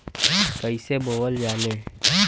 कईसे बोवल जाले?